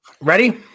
Ready